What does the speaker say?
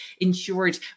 insured